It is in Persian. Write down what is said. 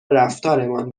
رفتارمان